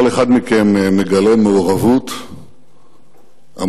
כל אחד מכם מגלה מעורבות עמוקה,